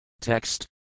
Text